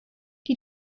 die